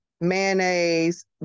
mayonnaise